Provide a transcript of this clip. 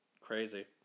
Crazy